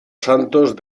santos